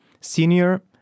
senior